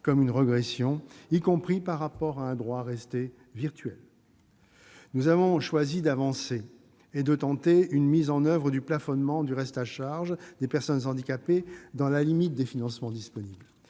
comme une régression, y compris par rapport à un droit resté virtuel ? Nous avons choisi d'avancer et de tenter une mise en oeuvre du plafonnement du reste à charge des personnes handicapées dans la limite des financements disponibles.